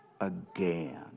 again